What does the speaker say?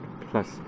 plus